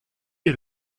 est